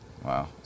Wow